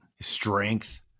Strength